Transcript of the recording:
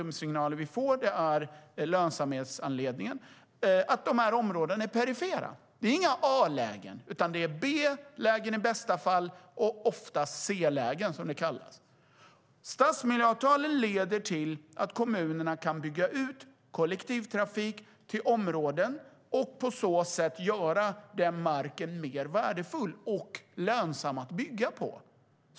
De signaler vi får är att det handlar om lönsamheten och att dessa områden är perifera. Det är inga A-lägen, utan det är B-lägen i bästa fall och ofta C-lägen, som de kallas. Stadsmiljöavtalen leder till att kommunerna kan bygga ut kollektivtrafik till områden och på så sätt göra den marken mer värdefull och lönsam att bygga på.